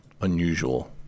unusual